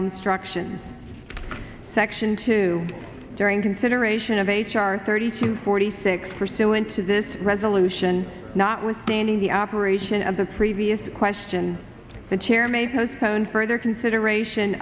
instruction section two during consideration of h r thirty to forty six pursuant to this resolution notwithstanding the operation of the previous question the chair may postpone further consideration